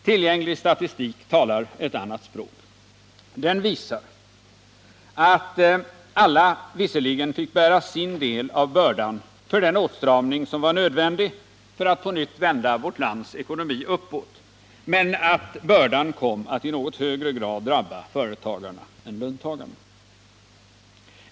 Tillgänglig statistik talar ett annat språk. Den visar att alla visserligen fick bära sin del av bördan för den åtstramning som var nödvändig för att på nytt vända vårt lands ekonomi uppåt, men att bördan kom att i något högre grad drabba företagarna än löntagarna.